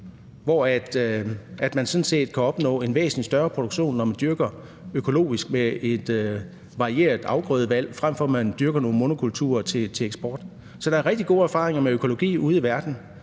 hvor man sådan set kan opnå en væsentlig større produktion, når man dyrker økologisk med et varieret afgrødevalg, frem for at man dyrker nogle monokulturer til eksport. Så der er rigtig gode erfaringer med økologi ude i verden,